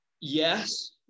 Yes